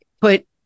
put